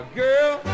girl